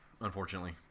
Unfortunately